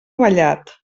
vallat